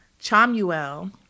Chamuel